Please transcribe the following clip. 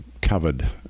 covered